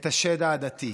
את השד העדתי.